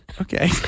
Okay